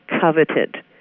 coveted